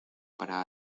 para